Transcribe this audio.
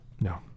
No